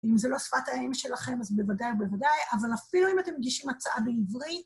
אם זו לא שפת האם שלכם אז בוודאי, בוודאי, אבל אפילו אם אתם מגישים הצעה בעברית...